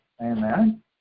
Amen